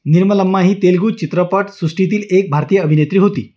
निर्मलम्मा ही तेलगू चित्रपटसृष्टीतील एक भारतीय अभिनेत्री होती